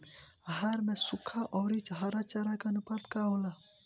आहार में सुखा औरी हरा चारा के आनुपात का होला?